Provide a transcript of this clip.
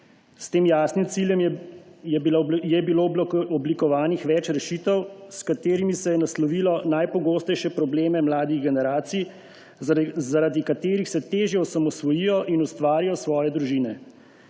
S tem jasne cilje je bilo oblikovanih več rešitev, s katerimi so se naslovili najpogostejši problemi mladih generacij, zaradi katerih se težje osamosvojijo in ustvarijo svoje družine.